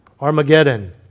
Armageddon